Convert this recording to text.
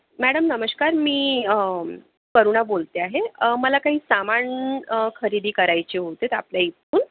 madam नमस्कार मी करुणा बोलते आहे मला काही सामान खरेदी करायचे होतेत आपल्या इथून